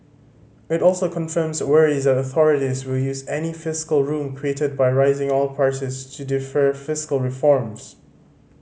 it also confirms worries that authorities will use any fiscal room created by rising oil prices to defer fiscal reforms